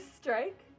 strike